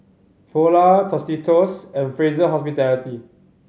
Polar Tostitos and Fraser Hospitality